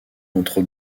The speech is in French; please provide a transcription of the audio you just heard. entre